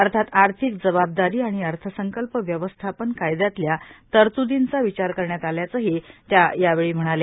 अर्थात आर्थिक जबाबदारी आणि अर्थसंकल्प व्यवस्थापन कायद्यातल्या तरतूदींचा विचार करण्यात आल्याचेही त्या यावेळी म्हणाल्या